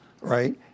right